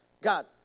God